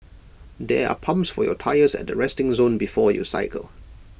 there are pumps for your tyres at the resting zone before you cycle